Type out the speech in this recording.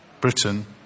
Britain